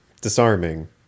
disarming